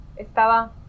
estaba